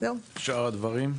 שאר הדברים?